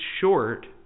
short